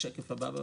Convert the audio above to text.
השקף הבא.